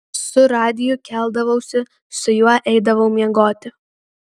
su radiju keldavausi su juo eidavau miegoti